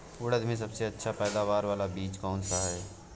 उड़द में सबसे अच्छा पैदावार वाला बीज कौन सा है?